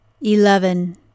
Eleven